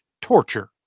torture